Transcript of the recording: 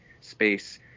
space